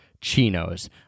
chinos